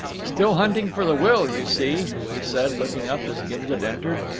still hunting for the will, you see, he said, looking up as gimblet entered,